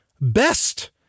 best